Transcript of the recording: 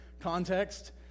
context